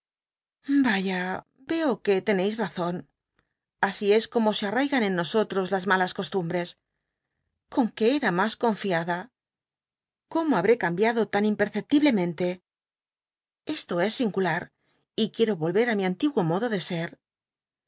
vaya co que teneis mzon así es como se arra igan en nosotros las malas costumbres con que era mas confiada cómo habré cambiado tan imperceptiblemente esto es singular y quiero volrer á mi antiguo modo de ser